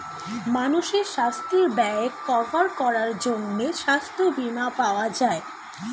মানুষের সাস্থের ব্যয় কভার করার জন্যে সাস্থ বীমা পাওয়া যায়